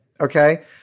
Okay